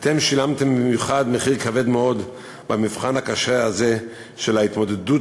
אתם שילמתם במיוחד מחיר כבד מאוד במבחן הקשה הזה של ההתמודדות